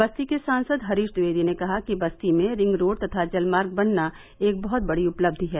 बस्ती के सांसद हरीश ट्विवेदी ने कहा कि बस्ती में रिंगरोड तथा जलमार्ग बनना एक बहुत बड़ी उपलब्धि है